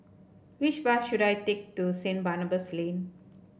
which bus should I take to Saint Barnabas Lane